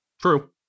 True